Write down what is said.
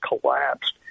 collapsed